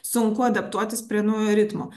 sunku adaptuotis prie naujo ritmo